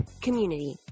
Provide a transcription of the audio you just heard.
community